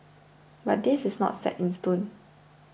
but this is not set in stone